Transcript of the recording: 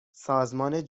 سازمان